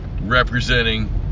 representing